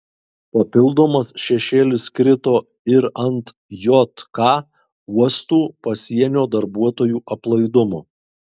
papildomas šešėlis krito ir ant jk uostų pasienio darbuotojų aplaidumo